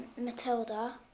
Matilda